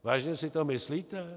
Vážně si to myslíte?